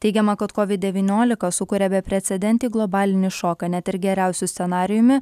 teigiama kad covid devyniolika sukuria beprecedentį globalinį šoką net ir geriausius scenarijumi